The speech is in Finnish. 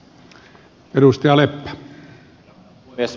arvoisa puhemies